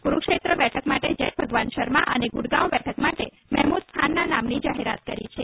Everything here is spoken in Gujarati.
કુરૂક્ષેત્ર બેઠક માટે જય ભગવાન શર્મા અને ગુડગાંવ બેઠક માટે મેહમુદ ખાનનાં નામની જાહેરાત કરી છે